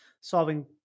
solving